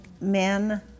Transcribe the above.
men